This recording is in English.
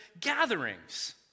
gatherings